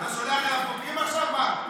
אתה שולח אליו חוקרים עכשיו, מה,